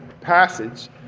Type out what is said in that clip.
passage